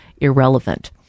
irrelevant